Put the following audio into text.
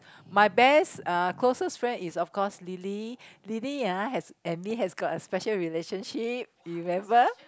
my best uh closest friend is of course Lily Lily ah has and me has got a special relationship you remember